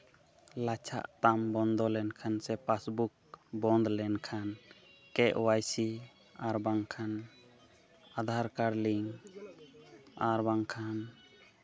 ᱞᱟᱪᱷᱟᱜ ᱛᱟᱢ ᱵᱚᱱᱫᱚ ᱞᱮᱱᱠᱷᱟᱱ ᱥᱮ ᱯᱟᱥᱩᱠ ᱵᱚᱱᱫᱚ ᱞᱮᱱᱠᱷᱟᱱ ᱠᱮ ᱚᱣᱟᱭ ᱥᱤ ᱟᱨ ᱵᱟᱝᱠᱷᱟᱱ ᱟᱫᱷᱟᱨ ᱠᱟᱨᱰ ᱞᱤᱝᱠ ᱟᱨ ᱵᱟᱝᱠᱷᱟᱱ